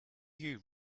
you